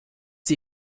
sie